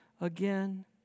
again